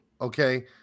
okay